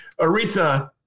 Aretha